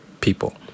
people